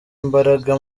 imbaraga